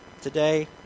today